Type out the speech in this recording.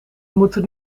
moeten